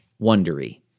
wondery